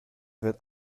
wird